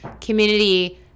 community